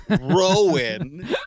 Rowan